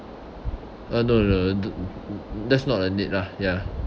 uh no no no the that's not a need lah ya